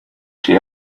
see